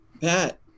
Pat